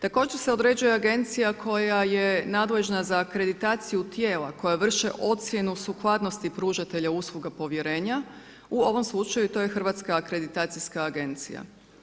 Također se određuje agencija koja je nadležna za kreditaciju tijela, koja vrše ocjenu sukladnosti pružatelja usluga povjerenja, u ovom slučaju to je Hrvatska kreditacijska agencija.